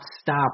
stop